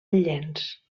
llenç